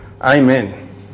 Amen